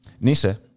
Nisa